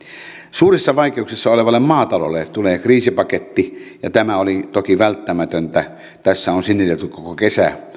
suurissa vaikeuksissa olevalle maataloudelle tulee kriisipaketti ja tämä oli toki välttämätöntä tässä on sinnitelty koko kesä